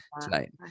tonight